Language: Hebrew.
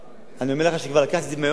אני אומר לך שכבר לקחתי את זה מהיום הראשון,